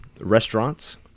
restaurants